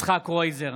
(קורא בשם חבר הכנסת)